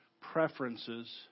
preferences